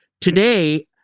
Today